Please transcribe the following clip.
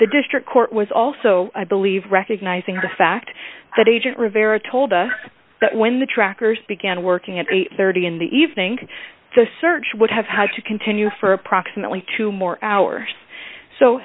the district court was also i believe recognizing the fact that agent rivera told us that when the trackers began working at eight thirty in the evening the search would have had to continue for approximately two more hours so